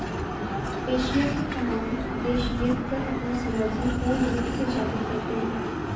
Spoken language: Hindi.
एशिया के तमाम देश यील्ड पर अपना समर्थन पूर्ण रूप से जाहिर करते हैं